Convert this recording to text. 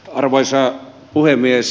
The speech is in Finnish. arvoisa puhemies